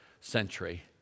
century